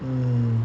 mm